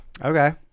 okay